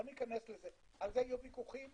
על זה יהיו ויכוחים